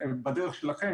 בדרך שלכם,